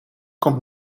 komt